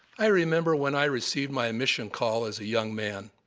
i remember when i received my mission call as a young man.